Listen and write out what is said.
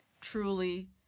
truly